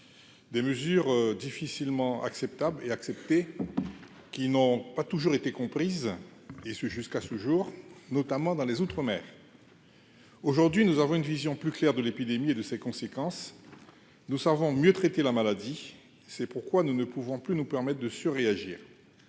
Ces mesures difficilement acceptables n'ont pas toujours été acceptées ni comprises, notamment dans les outre-mer. Aujourd'hui, nous avons une vision plus claire de l'épidémie et de ses conséquences ; nous savons mieux traiter la maladie. C'est pourquoi nous ne pouvons plus nous permettre de surréagir.